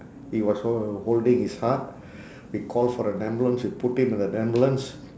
he was hol~ holding his heart we call for an ambulance we put him in an ambulance